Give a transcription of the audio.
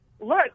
look